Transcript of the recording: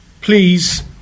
please